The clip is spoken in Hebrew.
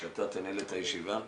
שאתה תנהל את הישיבה.